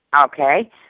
Okay